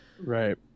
Right